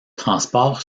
transport